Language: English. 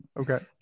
Okay